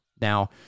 Now